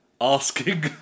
asking